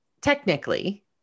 technically